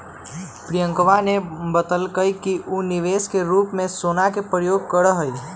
प्रियंकवा ने बतल कई कि ऊ निवेश के रूप में सोना के प्रयोग करा हई